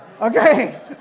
Okay